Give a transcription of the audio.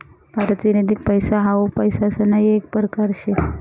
पारतिनिधिक पैसा हाऊ पैसासना येक परकार शे